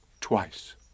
twice